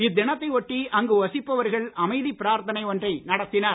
இத்தினத்தை ஒட்டி அங்கு வசிப்பவர்கள் அமைதி பிராத்தனை ஒன்றை நடத்தினர்